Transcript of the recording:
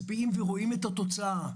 מצביעים, ורואים את התוצאה.